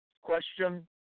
Question